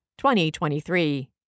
2023